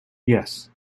yes